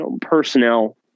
personnel